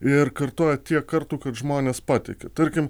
ir kartoja tiek kartų kad žmonės patiki tarkim